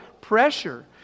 pressure